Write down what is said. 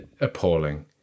appalling